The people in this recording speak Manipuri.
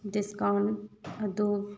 ꯗꯤꯁꯀꯥꯎꯟ ꯑꯗꯨ